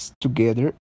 together